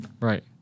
Right